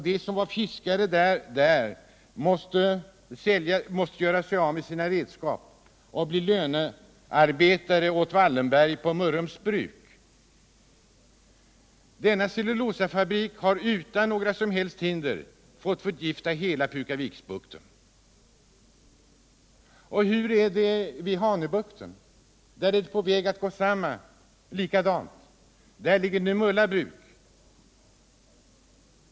De som var fiskare där måste göra sig av med sina redskap och bli lönearbetare på Mörrums bruk. Denna cellulosafabrik har utan några som helst hinder fått förgifta hela Pukaviksbukten. Och hur är det i Hanöbukten? Där är det på väg att bli likadant. Där ligger Nymölla bruk.